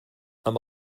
amb